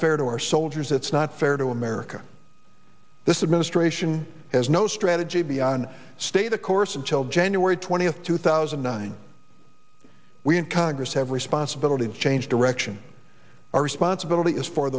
fair to our soldiers it's not fair to america this administration has no strategy be on state of course until january twentieth two thousand and nine we in congress have a responsibility to change direction our responsibility is for